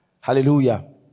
Hallelujah